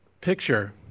Picture